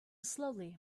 slowly